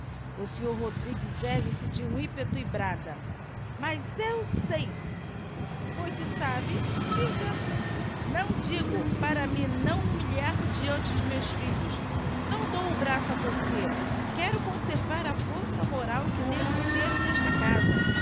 o sr rodrigues ergue-se de um ímpeto e brada mas eu sei pois se sabe diga não digo para me não humilhar deante de meus filhos não dou o braço a torcer quero conservar a força moral que devo ter nesta casa